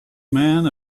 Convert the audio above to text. man